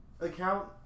account